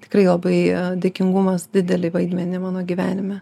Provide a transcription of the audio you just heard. tikrai labai dėkingumas didelį vaidmenį mano gyvenime